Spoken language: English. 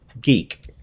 geek